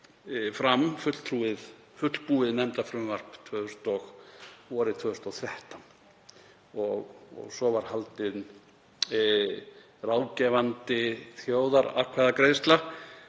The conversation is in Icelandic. síðan fram fullbúið nefndarfrumvarp vorið 2013 og svo var haldin ráðgefandi þjóðaratkvæðagreiðsla